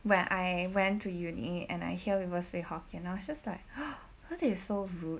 when I went to uni~ and I hear people speak hokkien are just like why they so rude